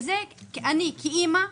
אני כאמא,